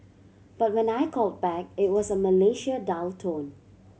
but when I called back it was a Malaysia dial tone